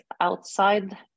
outside